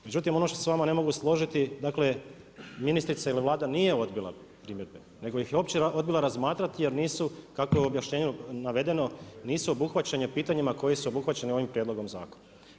Međutim, ono što se s vama ne mogu složiti, ministrica ili Vlada nije odbila primjedbe, nego ih je uopće odbila razmatrati jer nisu, kako je u objašnjenu navedeno, nisu obuhvaćanja pitanjima koji su obuhvaćena ovim prijedlogom zakona.